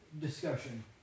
discussion